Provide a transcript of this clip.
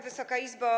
Wysoka Izbo!